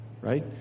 right